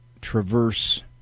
traverse